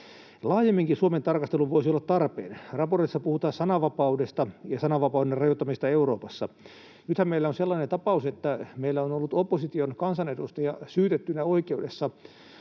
Laajemminkin Suomen tarkastelu voisi olla tarpeen. Raportissa puhutaan sananvapaudesta ja sananvapauden rajoittamisesta Euroopassa. Nythän meillä on sellainen tapaus, että meillä on ollut opposition kansanedustaja syytettynä oikeudessa